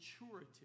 maturity